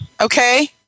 okay